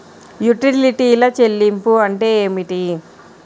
యుటిలిటీల చెల్లింపు అంటే ఏమిటి?